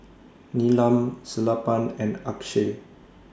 Neelam Sellapan and Akshay